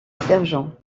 sergent